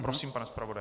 Prosím, pane zpravodaji.